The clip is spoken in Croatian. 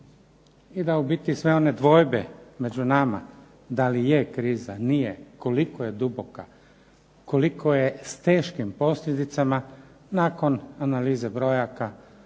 i da u biti sve one dvojbe među nama da li je kriza, ili nije, koliko je duboka, koliko je s teškim posljedicama nakon analize brojaka